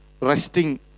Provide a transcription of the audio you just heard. resting